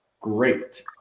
great